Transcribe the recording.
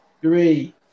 three